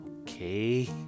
okay